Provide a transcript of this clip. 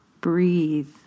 breathe